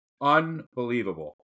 Unbelievable